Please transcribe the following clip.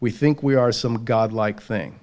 we think we are some godlike thing